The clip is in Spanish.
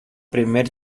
primer